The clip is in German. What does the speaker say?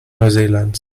neuseelands